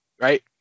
right